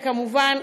וכמובן,